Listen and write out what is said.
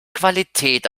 qualität